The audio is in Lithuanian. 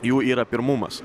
jų yra pirmumas